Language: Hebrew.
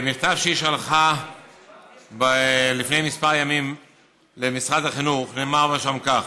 במכתב שהיא שלחה לפני כמה ימים למשרד החינוך נאמר כך: